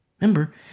Remember